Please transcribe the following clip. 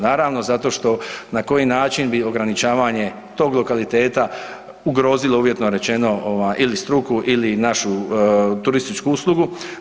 Naravno zato što na koji način bi ograničavanje tog lokaliteta ugrozilo uvjetno rečeno ili struku ili našu turističku uslugu.